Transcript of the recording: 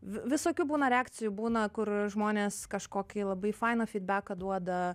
vi visokių būna reakcijų būna kur žmonės kažkokį labai fainą fydbeką duoda